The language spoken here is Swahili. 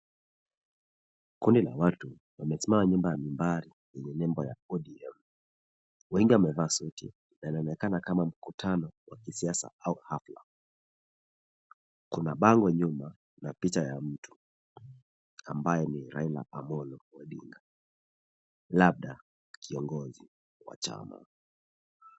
Kundi la watu wamesimama nyuma ya nambari yenye nembo ya odm. Wengi wamevaa suti na inaonekana kama mkutano wa kisiasa au hafla. Kuna bango nyuma na picha ya mtu ambaye ni Raila Amolo odinga labda kiongozi wa chama.